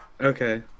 okay